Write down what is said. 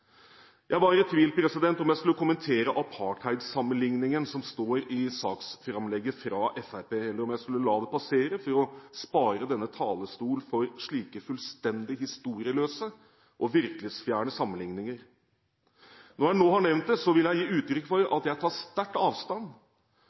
Jeg var i tvil om jeg skulle kommentere apartheidsammenligningen som står i saksframlegget fra Fremskrittspartiet, eller om jeg skulle la det passere for å spare denne talerstol for slike fullstendig historieløse og virkelighetsfjerne sammenligninger. Når jeg nå har nevnt det, vil jeg gi uttrykk for